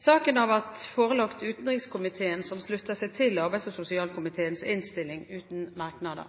Saken har vært forelagt utenrikskomiteen, som slutter seg til arbeids- og sosialkomiteens innstilling uten merknader.